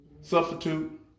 substitute